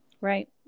Right